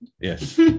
Yes